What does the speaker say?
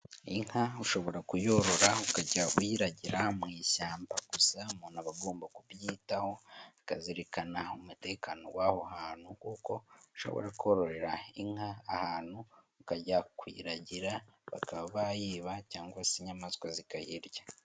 Inka ushobora kuyorora ukajya uyiragira mu ishyamba, gusa umuntu aba agomba kubyitaho, akazirikana umutekano w'aho hantu kuko ushobora kororera inka ahantu ukajya kuyiragira bakaba bayiba cyangwa se inyamaswa zikayirya.